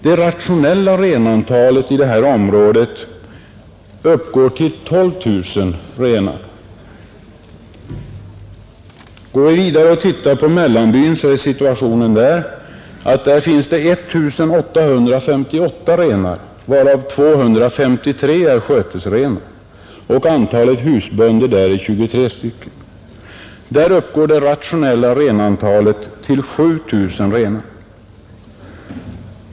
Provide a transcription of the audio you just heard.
Det rationella renantalet i detta område uppgår till 12 000. Går vi vidare finner vi att det i Mellanbyn finns 1 858 renar, varav 253 är skötesrenar, och antalet husbönder där är 23. Där uppgår det rationella renantalet till 7 000.